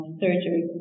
surgery